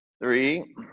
Three